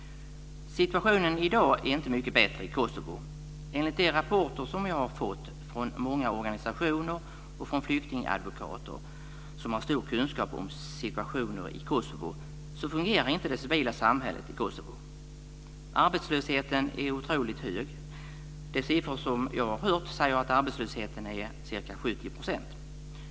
Situationen i Kosovo i dag är inte mycket bättre. Enligt de rapporter som jag har fått från många organisationer och från flyktingadvokater som har stor kunskap om situationen i Kosovo fungerar inte det civila samhället där. Arbetslösheten är otroligt hög. De siffror som jag har hört visar att arbetslösheten är ca 70 %.